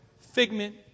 figment